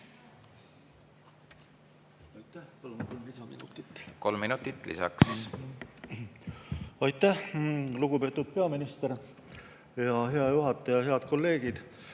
Kolm minutit lisaks. Aitäh! Lugupeetud peaminister! Hea juhataja! Head kolleegid!